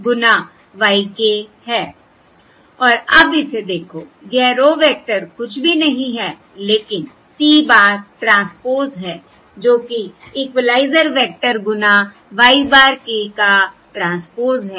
और अब इसे देखो यह रो वेक्टर कुछ भी नहीं है लेकिन C bar ट्रांसपोज़ है जो कि इक्वलाइज़र वेक्टर गुना y bar k का ट्रांसपोज़ है